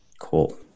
Cool